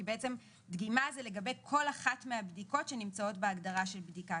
כי בעצם דגימה זה לגבי כל אחת מהבדיקות שנמצאות בהגדרה של בדיקה,